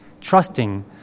trusting